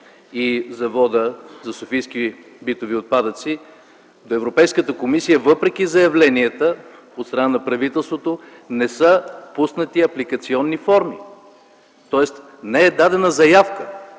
и Завода за софийски битови отпадъци, в Европейската комисия, въпреки заявленията от страна на правителството, не са пуснати апликационни форми. Тоест не е дадена заявка,